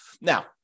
Now